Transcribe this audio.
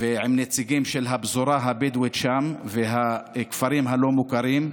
ועם נציגים של הפזורה הבדואית שם והכפרים הלא-מוכרים.